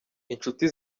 inshuti